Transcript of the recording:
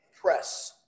press